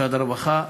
משרד הרווחה,